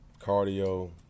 cardio